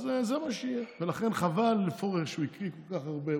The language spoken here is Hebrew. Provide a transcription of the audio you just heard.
אז זה מה שיהיה, ולכן, חבל שפורר קרא כל כך הרבה.